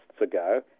ago